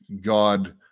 God